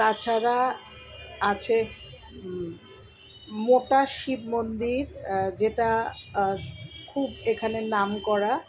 তাছাড়া আছে মোটা শিব মন্দির যেটা খুব এখানে নাম করা